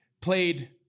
played